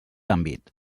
àmbit